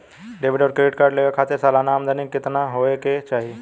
Debit और credit card लेवे के खातिर सलाना आमदनी कितना हो ये के चाही?